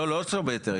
לא שהוא בהיתר,